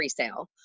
presale